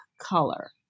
color